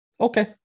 Okay